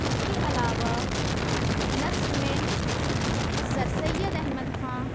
اِس کے علاوہ نثر میں سرسید احمد خان